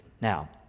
Now